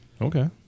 Okay